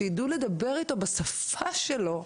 שיידעו לדבר אתו בשפה שלו,